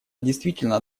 действительно